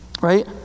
Right